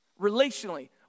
relationally